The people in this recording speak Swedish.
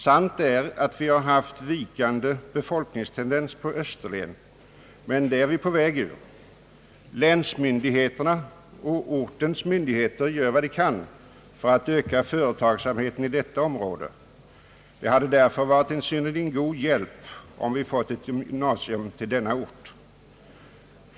Sant är att vi haft en vikande befolkningstendens på Österlen, men den är vi på väg ur. Länsmyndigheterna och ortens myndigheter gör vad de kan för att öka företagsamheten i detta område. Det hade därför varit en synnerligen god hjälp om vi fått ett gymnasium till Simrishamn.